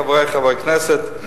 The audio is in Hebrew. חברי חברי הכנסת,